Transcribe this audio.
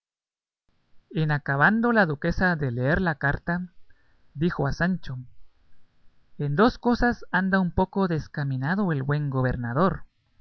en acabando la duquesa de leer la carta dijo a sancho en dos cosas anda un poco descaminado el buen gobernador